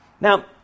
Now